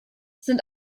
sind